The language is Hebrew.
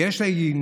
כי יש לאנטישמיות